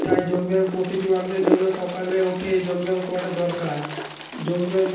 তাই যোগ ব্যায়াম প্রতিটি মানুষের জন্য সকালে উঠে যোগ ব্যায়াম করাটা দরকার যোগ ব্যায়াম